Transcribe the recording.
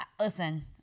listen